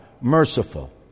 merciful